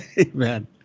Amen